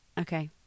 Okay